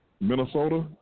Minnesota